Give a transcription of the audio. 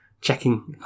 checking